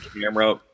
camera